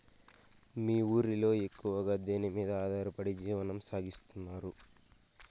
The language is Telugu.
మీ ఊరిలో ఎక్కువగా దేనిమీద ఆధారపడి జీవనం సాగిస్తున్నారు?